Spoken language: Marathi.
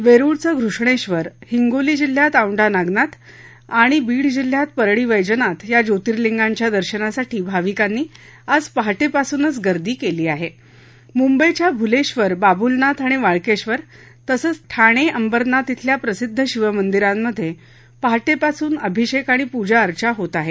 वळिचं घृष्णास्त्र हिंगोली जिल्ह्यात औंढा नागनाथ आणि बीड जिल्ह्यात परळी वैजनाथ या ज्योतिर्लिंगांच्या दर्शनासाठी भाविकांनी आज पहाटप्रिसूनच गर्दी क्ली आह मुंबईच्या भूलेक्षर बाबूलनाथ आणि वाळकेक्षर तसंच ठाण अंबरनाथ इथल्या प्रसिद्ध शिवमंदिरांमधे पहाटेपासून अभिषेक आणि पूजा अर्चा होत आहे